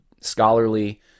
scholarly